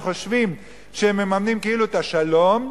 שחושבים שהם מממנים כאילו את השלום,